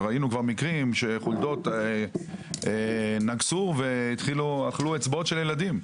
ראינו שחולדות נגסו ואכלו אצבעות של ילדים.